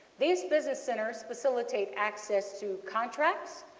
these business centres facilitate access through contracts,